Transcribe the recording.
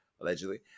allegedly